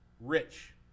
Rich